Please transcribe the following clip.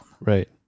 Right